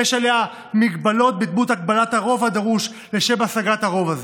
יש עליה מגבלות בדמות הגבלת הרוב הדרוש לשם השגת הרוב הזה.